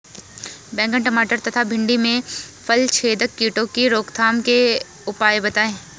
बैंगन टमाटर तथा भिन्डी में फलछेदक कीटों की रोकथाम के उपाय बताइए?